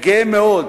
וגאה מאוד,